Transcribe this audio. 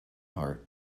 heart